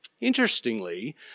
Interestingly